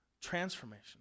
transformation